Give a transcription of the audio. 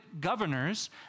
governors